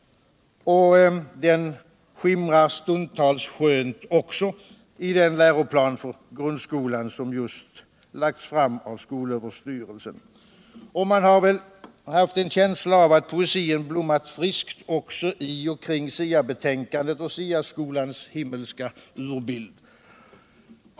och den skimrar stundtals skönt också i den läroplan för grundskolan som just lagts fram av skolöverstyrelsen. Man har väl haft en känsla av att poesin blommat friskt också i och kring STA betänkandet och SIA-skolans himmelska urbild.